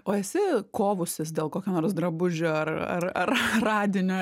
o esi kovusis dėl kokio nors drabužio ar ar ar radinio